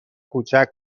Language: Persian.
کوچک